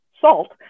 salt